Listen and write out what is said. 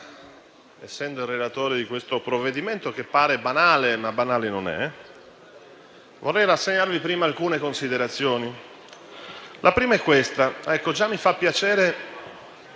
essendo il relatore di questo provvedimento, che pare banale, ma banale non è. Vorrei rassegnarvi alcune considerazioni. La prima è questa: già mi fa piacere